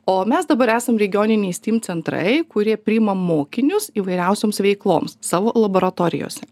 o mes dabar esam regioniniai steam centrai kurie priima mokinius įvairiausioms veikloms savo laboratorijose